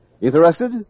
Interested